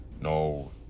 no